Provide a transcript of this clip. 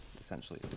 essentially